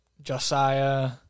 Josiah